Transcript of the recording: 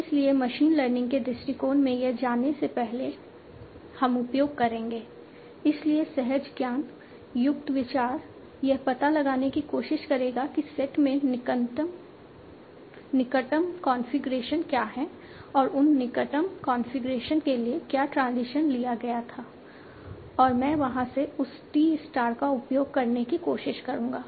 इसलिए machine learning के दृष्टिकोण में यह जाने से पहले हम उपयोग करेंगे इसलिए सहज ज्ञान युक्त विचार यह पता लगाने की कोशिश करेगा कि सेट में निकटतम कॉन्फ़िगरेशन क्या हैं और उन निकटतम कॉन्फ़िगरेशन के लिए क्या ट्रांजिशन लिया गया था और मैं वहां से उस t स्टार का उपयोग करने की कोशिश करूंगा